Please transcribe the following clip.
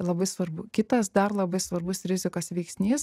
labai svarbu kitas dar labai svarbus rizikos veiksnys